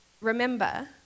Remember